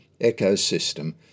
ecosystem